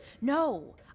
No